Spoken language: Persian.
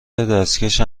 اندازه